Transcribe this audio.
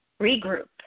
regroup